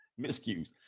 miscues